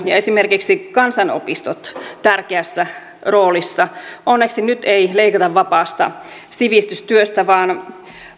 ja esimerkiksi kansanopistot tärkeässä roolissa onneksi nyt ei leikata vapaasta sivistystyöstä vaan